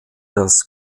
das